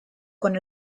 con